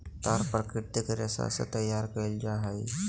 तार प्राकृतिक रेशा से तैयार करल जा हइ